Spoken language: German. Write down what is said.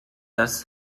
das